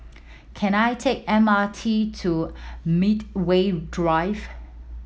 can I take M R T to Medway Drive